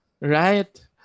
right